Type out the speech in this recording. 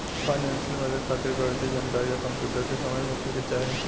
financial मदद खातिर गणितीय जानकारी आ कंप्यूटर के समझ होखे के चाही